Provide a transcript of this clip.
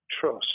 trust